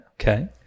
okay